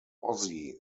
ozzy